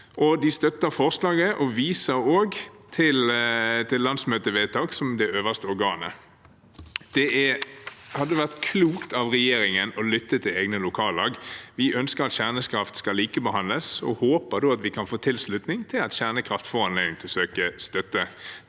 De støtter forslaget og viser også til landsmøtevedtak som det øverste organet. Det hadde vært klokt av regjeringen å lytte til egne lokallag. Vi ønsker at kjernekraft skal likebehandles, og håper vi kan få tilslutning til at kjernekraft får anledning til å søke om støtte